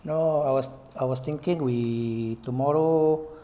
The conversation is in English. no I was I was thinking we tomorrow